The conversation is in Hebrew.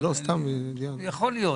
יכול להיות.